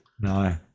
No